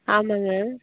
ஆமாம்ங்க